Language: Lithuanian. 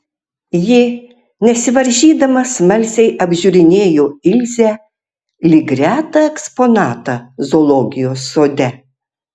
ji nesivaržydama smalsiai apžiūrinėjo ilzę lyg retą eksponatą zoologijos sode